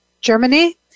Germany